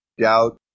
doubt